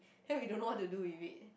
then we don't know what to do with it